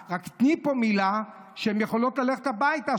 רק תני פה מילה שהן יכולות ללכת הביתה,